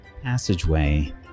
passageway